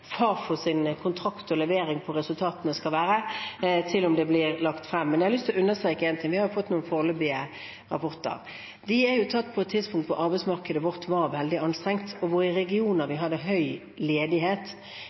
levering på resultatene skal være at jeg kan si om det blir lagt frem da. Men jeg har lyst til å understreke én ting. Vi har fått noen foreløpige rapporter. De er fra et tidspunkt da arbeidsmarkedet vårt var veldig anstrengt, med regioner der vi hadde høy ledighet.